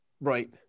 Right